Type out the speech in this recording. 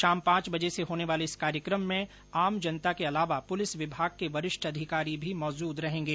शाम पांच बजे से होने वाले इस कार्यक्रम में आम जनता के अलावा पुलिस विभाग के वरिष्ठ अधिकारी भी मौजुद रहेंगे